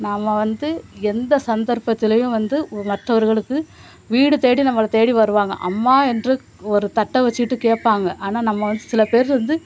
நம்ம வந்து எந்த சந்தர்ப்பத்துலையும் வந்து மற்றவர்களுக்கு வீடு தேடி நம்மள தேடி வருவாங்க அம்மா என்று ஒரு தட்டை வச்சிக்கிட்டு கேட்பாங்க ஆனால் நம்ம வந்து சில பேர் வந்து